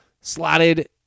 slotted